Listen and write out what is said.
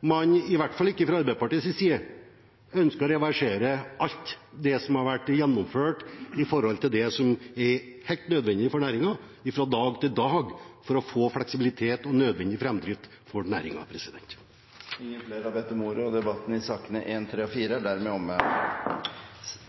man – i hvert fall ikke fra Arbeiderpartiets side – ønsket å reversere alt det som har vært gjennomført i forhold til det som er helt nødvendig for næringen, fra dag til dag, for å få fleksibilitet og nødvendig framdrift for næringen. Flere har ikke bedt om ordet til sakene nr. 1, 3 og 4.